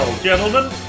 Gentlemen